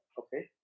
okay